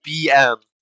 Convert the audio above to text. BM